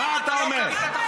מה אתה אומר?